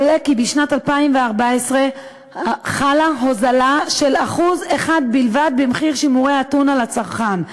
עולה כי בשנת 2014 חלה הוזלה של 1% בלבד במחיר שימורי הטונה לצרכן,